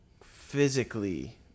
Physically